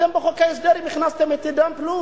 אתם בחוק ההסדרים הכנסתם את "עידן פלוס",